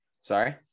Sorry